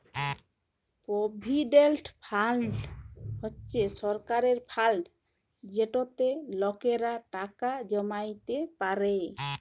provident fund হছে সরকারের fund যেটতে লকেরা টাকা জমাইতে পারে